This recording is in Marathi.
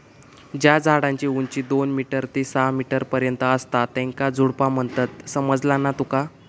ज्या झाडांची उंची दोन मीटर ते सहा मीटर पर्यंत असता त्येंका झुडपा म्हणतत, समझला ना तुका?